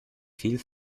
viel